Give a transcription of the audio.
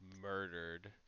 murdered